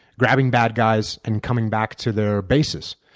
grabbing bad guys and coming back to their bases.